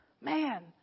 man